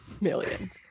Millions